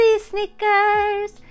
sneakers